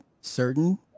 certain